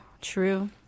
true